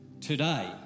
today